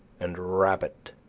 and rabbit,